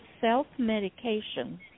self-medication